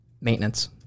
Maintenance